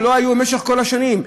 שלא היו במשך כל השנים.